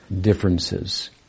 differences